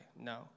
No